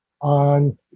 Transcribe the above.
on